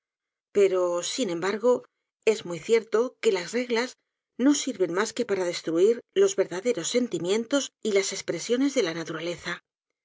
pero sin embargo es muy cierto que las reglas no sirven mas que para destruir los verdaderos sentimientos y las espresiones de la naturaleza